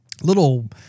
little